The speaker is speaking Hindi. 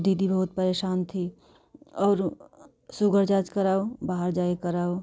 दीदी बहुत परेशान थी और शुगर जाँच कराओ बाहर जाकर कराओ